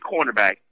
cornerback